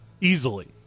Easily